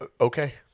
okay